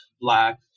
Black